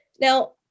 Now